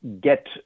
get